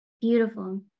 beautiful